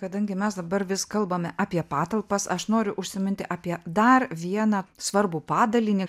kadangi mes dabar vis kalbame apie patalpas aš noriu užsiminti apie dar vieną svarbų padalinį